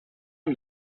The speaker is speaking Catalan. amb